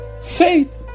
Faith